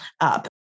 up